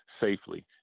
safely